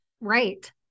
Right